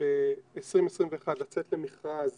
ב-2021 לצאת למכרז